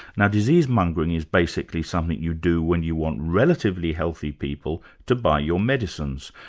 now disease-mongering is basically something you do when you want relatively healthy people to buy your medicines.